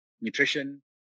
nutrition